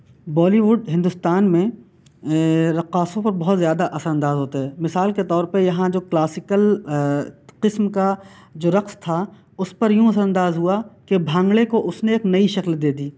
بالی would Hindustan میں رقاصوں پر بہت زیادہ اثر انداز ہوتا ہے مثال کے طور پر یہاں جو کلاسکل قسم کا جو رقص تھا اس پر یوں اثر انداز ہوا کہ بھانگڑے کو اس نے ایک نئی شکل دے دی